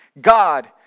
God